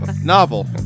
Novel